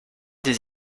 des